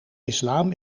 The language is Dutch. islam